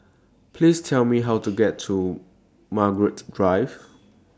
Please Tell Me How to get to Margaret Drive